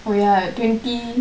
oh ya twenty